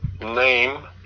name